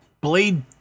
Blade